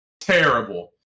terrible